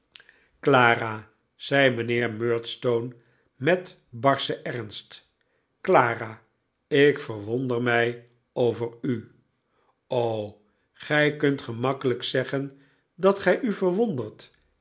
clara zei mijnheer murdstone met barschen ernst clara ik verwonder mij over u gij kunt gemakkelijk zeggen dat gij u verwondert